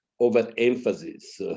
Overemphasis